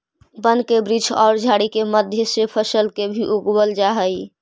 वन के वृक्ष औउर झाड़ि के मध्य से फसल के भी उगवल जा हई